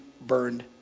burned